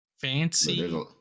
fancy